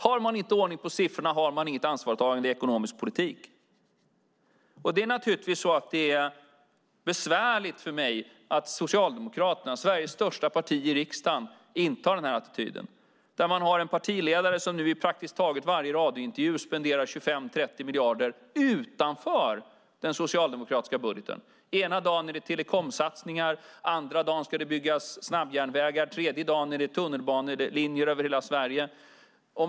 Har man inte ordning på siffrorna har man inget ansvarstagande i ekonomisk politik. Det är naturligtvis besvärligt för mig att Socialdemokraterna, Sveriges största parti i riksdagen, intar den attityden. Man har en partiledare som i praktiskt taget varje radiointervju spenderar 25-30 miljarder utanför den socialdemokratiska budgeten. Ena dagen är det telekomsatsningar. Andra dagen ska det byggas snabbjärnvägar. Tredje dagen är det tunnelbanelinjer över hela Sverige.